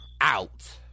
out